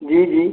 जी जी